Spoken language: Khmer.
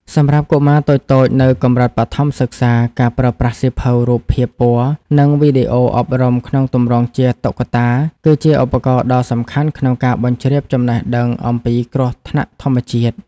សម្រាប់កុមារតូចៗនៅកម្រិតបឋមសិក្សា ការប្រើប្រាស់សៀវភៅរូបភាពពណ៌ និងវីដេអូអប់រំក្នុងទម្រង់ជាតុក្កតា គឺជាឧបករណ៍ដ៏សំខាន់ក្នុងការបញ្ជ្រាបចំណេះដឹងអំពីគ្រោះថ្នាក់ធម្មជាតិ។